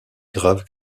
grave